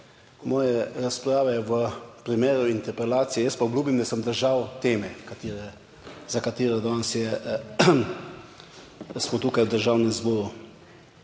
moje razprave v primeru interpelacije. Jaz pa obljubim, da se bom držal teme katere, za katero danes je, da smo tukaj v Državnem zboru.